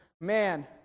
Man